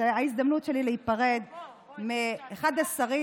אז זאת ההזדמנות שלי להיפרד מאחד השרים